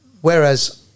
whereas